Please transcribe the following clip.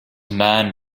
man